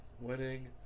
winning